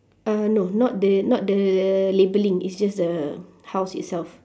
uh no not the not the labelling is just the house itself